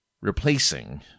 replacing